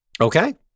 Okay